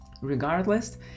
Regardless